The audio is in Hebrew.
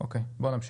בואו נמשיך.